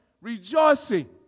rejoicing